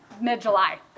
mid-July